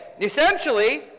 essentially